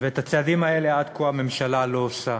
ואת הצעדים האלה עד כה הממשלה לא עושה.